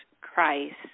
Christ